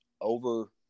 over